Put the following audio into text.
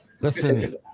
Listen